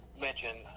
mention